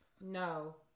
No